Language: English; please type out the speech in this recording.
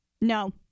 no